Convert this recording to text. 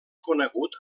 conegut